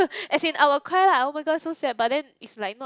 as in I will cry lah oh-my-god so sad but then is like not